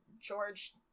George